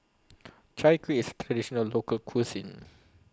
Chai Kueh IS Traditional Local Cuisine